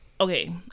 Okay